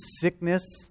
sickness